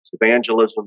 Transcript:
Evangelism